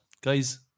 guys